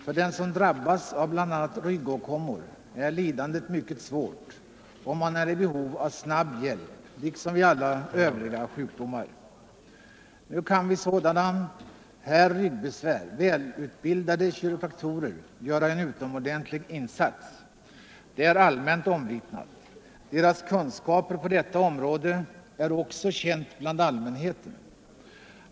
För den som drabbas av bl.a. ryggåkommor är lidandet mycket svårt, och vederbörande är liksom vid alla övriga sjukdomar i behov av snabb hjälp. Nu kan vid sådana ryggbesvär välutbildade kiropraktorer göra en utomordentlig insats, det är allmänt omvittnat. Deras kunskaper på detta område är också kända bland allmänheten.